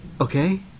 Okay